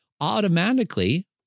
automatically